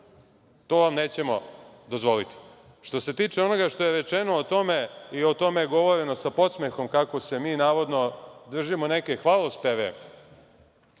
to vam nećemo dozvoliti. Što se tiče onoga što je rečeno o tome, i o tome je govoreno sa podsmehom, kako mi navodno držimo neke hvalospeve